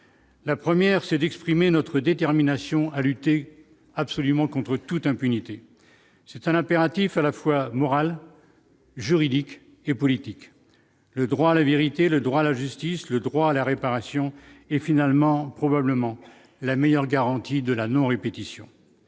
la 1ère c'est d'exprimer notre détermination à lutter absolument contre toute impunité, c'est un impératif, à la fois moral, juridique et politique, le droit à la vérité, le droit à la justice le droit à la réparation et finalement probablement la meilleure garantie de la non-répétition